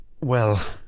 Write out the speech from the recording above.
Well